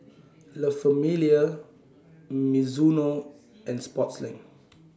La Famiglia Mizuno and Sportslink